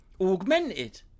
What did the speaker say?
augmented